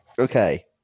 Okay